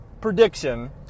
prediction